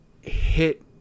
hit